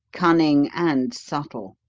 cunning, and subtle.